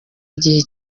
igihe